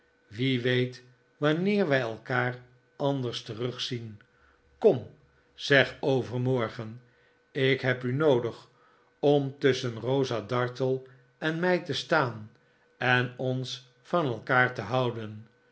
wie weet wanneer wij elkaar anders terugzien kom zeg overmorgen ik heb u noodig om tusschen rosa dartle en mij te staan en ons van elkaar te houden